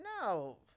No